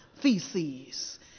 feces